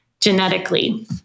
genetically